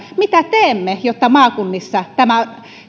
mitä teemme jotta maakunnissa tämä